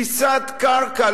פיסת קרקע.